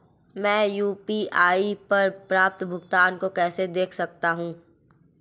मैं यू.पी.आई पर प्राप्त भुगतान को कैसे देख सकता हूं?